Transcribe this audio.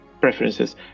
preferences